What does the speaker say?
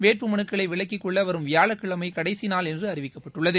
வேட்பு மனுக்களை விலக்கிக்கொள்ள வரும் வியாழக்கிழமை கடைசி நாள் என்று அறிவிக்கப்பட்டுள்ளது